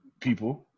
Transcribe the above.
people